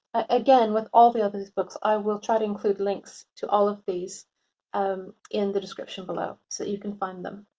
again, with all the others books, i will try to include links to all of these um in the description below so that you can find them.